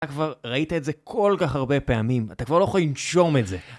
אתה כבר ראית את זה כל כך הרבה פעמים, אתה כבר לא יכול לנשום את זה